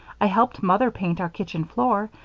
i helped mother paint our kitchen floor,